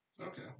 Okay